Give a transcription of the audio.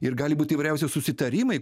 ir gali būti įvairiausi susitarimai